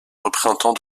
représentant